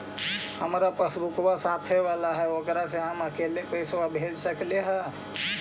हमार पासबुकवा साथे वाला है ओकरा से हम अकेले पैसावा भेज सकलेहा?